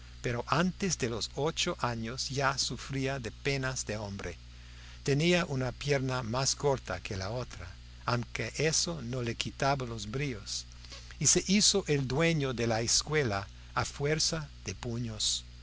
pero antes de los ocho años ya sufría de penas de hombre tenía una pierna más corta que la otra aunque eso no le quitaba los bríos y se hizo el dueño de la escuela a fuerza de puños